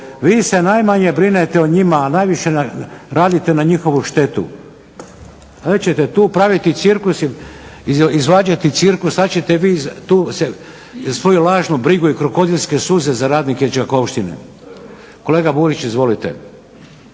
vi se najmanje brinete o njima a najviše radite na njihovu štetu. Tu ćete praviti cirkus i izvađati cirkus, sada ćete vi tu svoju lažnu brigu i krokodilske suze za radnike Đakovštine. Kolega Burić izvolite.